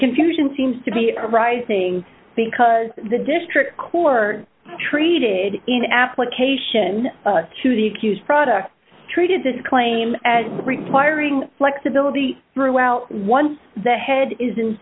confusion seems to be arising because the district court treated in application to the accused product treated this claim as requiring flexibility throughout one the head is